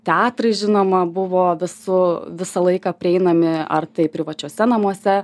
teatrai žinoma buvo su visą laiką prieinami ar tai privačiuose namuose